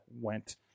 went